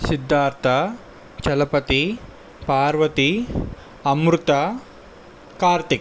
Siddhartha Chalapathi Parvathi Amrutha Karthik